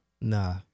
Nah